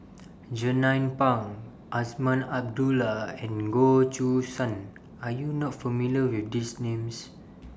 Jernnine Pang Azman Abdullah and Goh Choo San Are YOU not familiar with These Names